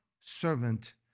servant